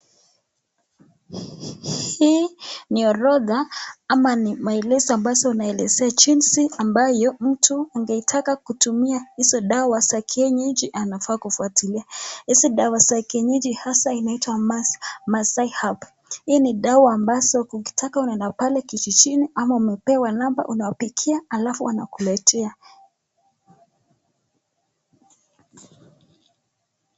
Hii ni orodha ama ni maelezo ambazo unaelezea jinsi ambayo mtu angetaka kutumia hizo dawa za kienyeji anafaa kufuatilia. Hizi dawa za kienyeji hasa inaitwa Maasai herb . Hii ni dawa ambazo ukitaka unaenda pale kijijini ama unapewa namba unawapigia alafu wanakuletea.